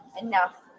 enough